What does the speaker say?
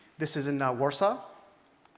this is in warsaw.